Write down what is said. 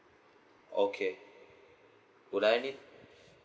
okay would I need